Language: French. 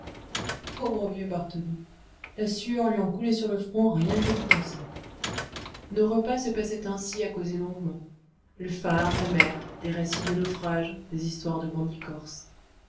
pauvre vieux bartoli la sueur lui en coulait sur le front rien que d'y penser nos repas se passaient ainsi à causer longuement le phare la mer des récits de naufrages des histoires de bandits corses